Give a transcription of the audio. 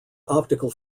optical